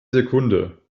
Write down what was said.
sekunde